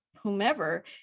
whomever